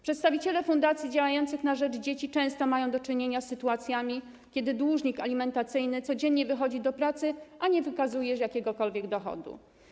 Przedstawiciele fundacji działających na rzecz dzieci często mają do czynienia z sytuacjami, kiedy dłużnik alimentacyjny codziennie wychodzi do pracy, a nie wykazuje jakiegokolwiek dochodu.